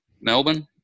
Melbourne